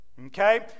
Okay